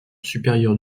supérieure